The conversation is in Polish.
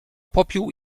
popiół